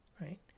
right